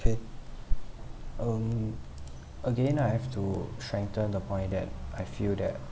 kay um again I have to strengthen the point that I feel that